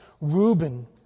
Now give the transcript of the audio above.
Reuben